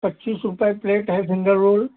पच्चीस रुपये प्लेट है फिंगर रोल